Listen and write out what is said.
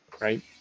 right